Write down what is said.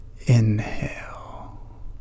inhale